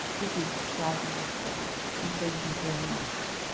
this is fabulous work, and thank you very much.